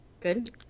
Good